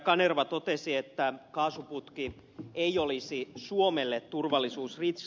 kanerva totesi että kaasuputki ei olisi suomelle turvallisuusriski